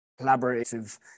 collaborative